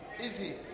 Easy